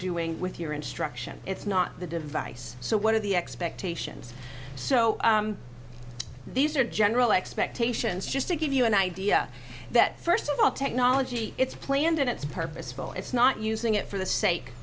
doing your instruction it's not the device so what are the expectations so these are general expectations just to give you an idea that first of all technology it's planned and it's purposeful it's not using it for the sake